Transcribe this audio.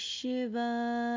Shiva